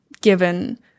given